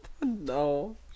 No